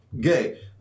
gay